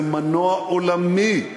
זה מנוע עולמי.